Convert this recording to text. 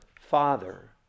father